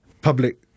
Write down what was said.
public